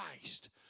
Christ